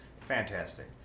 Fantastic